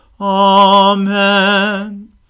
Amen